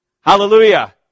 Hallelujah